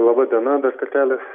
laba diena dar kartelį